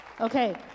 Okay